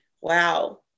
wow